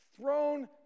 thrown